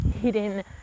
hidden